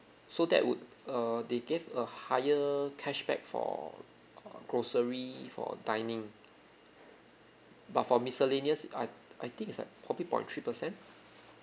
so that would err they give a higher cashback for uh grocery for dining but for miscellaneous I I think is like probably point three percent